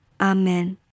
Amen